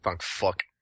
Fuck